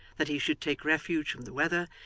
that he should take refuge from the weather,